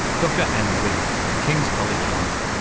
dr anna reading from kings college london.